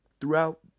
throughout